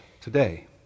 today